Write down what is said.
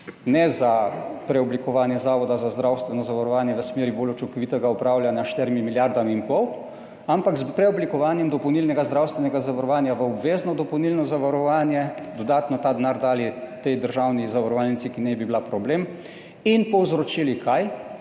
ne za preoblikovanje Zavoda za zdravstveno zavarovanje v smeri bolj učinkovitega upravljanja s 4 milijardami in pol, ampak s preoblikovanjem dopolnilnega zdravstvenega zavarovanja v obvezno dopolnilno zavarovanje, dodatno ta denar dali tej državni zavarovalnici, ki naj bi bila problem in povzročili kaj